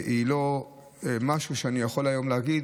היא לא משהו שאני יכול היום להגיד,